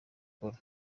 akora